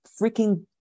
freaking